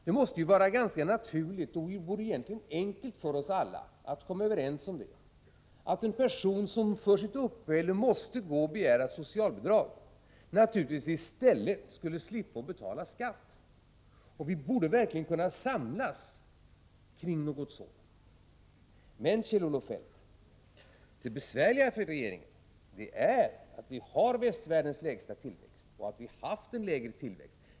Det måste vara ganska naturligt, och det vore egentligen enkelt för oss alla att komma överens om, att en person som för sitt uppehälle måste begära socialbidrag naturligtvis skall slippa betala skatt. Vi borde verkligen kunna samlas kring något sådant. Men, Kjell-Olof Feldt, det besvärliga för regeringen är att vi har västvärldens lägsta tillväxt och att vi har haft en lägre tillväxt.